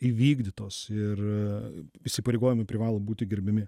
įvykdytos ir įsipareigojimai privalo būti gerbiami